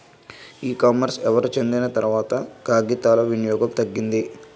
ఈ కామర్స్ ఎవరు చెందిన తర్వాత కాగితాల వినియోగం తగ్గింది